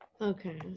okay